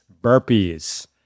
burpees